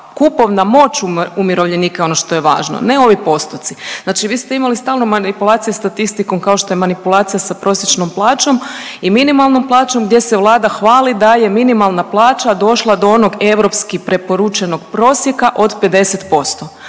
kupovna moć umirovljenika je ono što je važno ne ovi postoci. Znači vi ste imali stalno manipulacije statistikom kao što je manipulacija sa prosječnom plaćom i minimalnom plaćom gdje se vlada hvali da je minimalna plaća došla do onog europski preporučenog prosjeka od 50%.